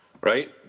Right